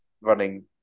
running